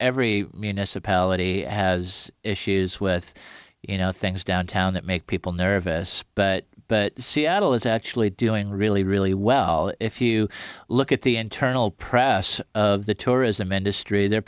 every municipality has issues with you know things downtown that make people nervous but seattle is actually doing really really well if you look at the internal press of the tourism industry they're